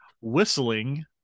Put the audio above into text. whistling